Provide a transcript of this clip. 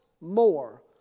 more